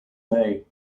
may